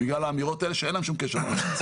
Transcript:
בגלל האמירות האלו שאין להן שום קשר למציאות.